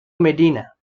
medina